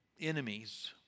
enemies